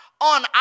on